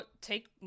take